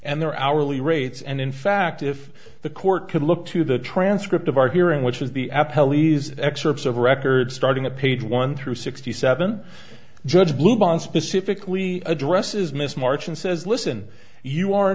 and their hourly rates and in fact if the court could look to the transcript of our hearing which was the at pelleas excerpts of record starting at page one through sixty seven judge bluebonnet specifically addresses miss march and says listen you are